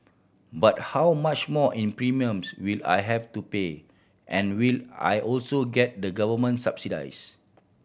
but how much more in premiums will I have to pay and will I also get the government subsidies